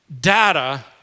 data